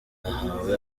banahawe